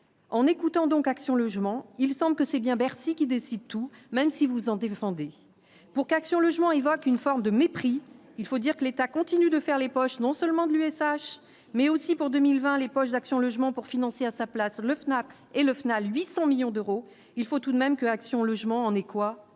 en écoutant donc Action Logement, il semble que c'est bien Bercy qui décide tout, même si vous en défendez pour qu'Action Logement évoque une forme de mépris, il faut dire que l'État continue de faire les poches non seulement de l'USH mais aussi pour 2020 les poches d'Action Logement pour financer à sa place le Fnac et le final 800 millions d'euros, il faut tout de même que Action Logement en est quoi